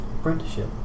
Apprenticeship